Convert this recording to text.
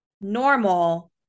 normal